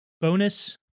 bonus